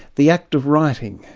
the act of writing.